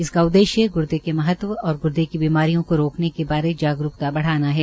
इसका उद्देश्य ग्र्दे के महत्व और ग्र्दे की बीमारियों को रोकने के बारे जागरूकता बढ़ाना है